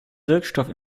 wirkstoff